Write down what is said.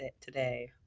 today